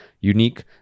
unique